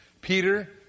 Peter